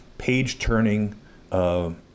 page-turning